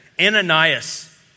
Ananias